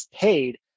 paid